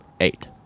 eight